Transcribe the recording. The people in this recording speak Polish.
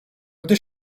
gdy